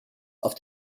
auf